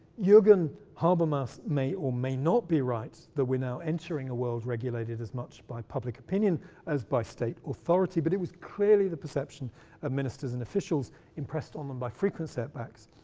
jurgen habermas may or may not be right that we're now entering a world regulated as much by public opinion as by state authority, but it was clearly the perception of ministers and officials impressed on them by frequent setbacks,